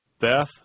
Beth